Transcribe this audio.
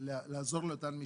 כדי לעזור לאותן משפחות.